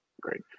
great